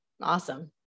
awesome